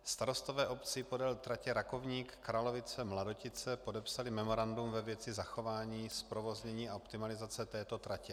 Starostové obcí podél tratě Rakovník Kralovice Mladotice podepsali memorandum ve věci zachování, zprovoznění a optimalizace této tratě.